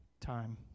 Time